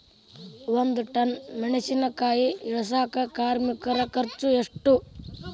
ಒಂದ್ ಟನ್ ಮೆಣಿಸಿನಕಾಯಿ ಇಳಸಾಕ್ ಕಾರ್ಮಿಕರ ಖರ್ಚು ಎಷ್ಟು?